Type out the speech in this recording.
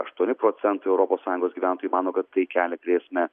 aštuoni procentai europos sąjungos gyventojų mano kad tai kelia grėsmę